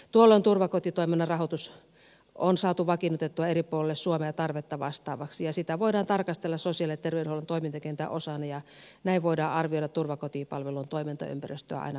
tuolloin turvakotitoiminnan rahoitus on saatu vakiinnutettua eri puolilla suomea tarvetta vastaavaksi ja sitä voidaan tarkastella sosiaali ja terveydenhuollon toimintakentän osana ja näin voidaan arvioida turvakotipalvelun toimintaympäristöä aina uudelleen